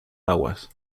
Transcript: aguas